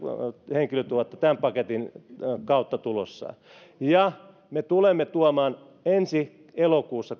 henkilötyövuotta tämän paketin kautta tulossa ja me tulemme tuomaan ensi elokuussa